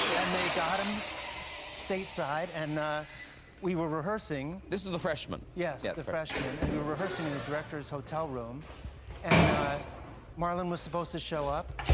and they got him stateside and we were rehearsing. this is the freshman. yes, yeah the freshman. and we were rehearsing in the director's hotel room and marlon was supposed to show up.